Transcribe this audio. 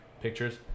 pictures